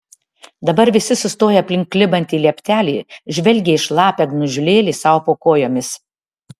dabar visi sustoję aplink klibantį lieptelį žvelgė į šlapią gniužulėlį sau po kojomis